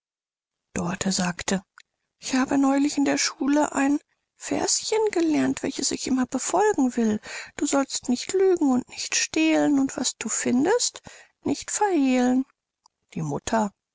wir's dorte ich habe neulich in der schule ein verschen gelernt welches ich immer befolgen will du sollst nicht lügen und nicht stehlen und was du findest nicht verhehlen mutter